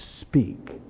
speak